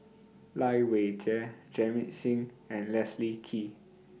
Lai Weijie Jamit Singh and Leslie Kee